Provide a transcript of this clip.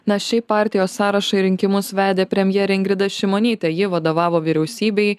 na šiaip partijos sąrašą į rinkimus vedė premjerė ingrida šimonytė ji vadovavo vyriausybei